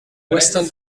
western